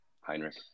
Heinrich